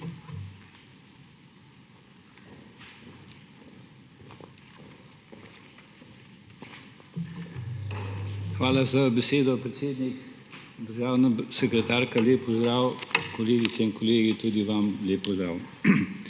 Hvala za besedo, predsednik. Državna sekretarka, lep pozdrav! Kolegice in kolegi tudi vam lep pozdrav!